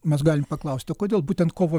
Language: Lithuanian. mes galim paklausti o kodėl būtent kovo